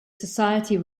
society